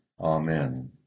Amen